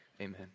Amen